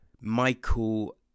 Michael